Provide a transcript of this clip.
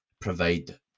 provide